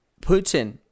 Putin